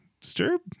Disturb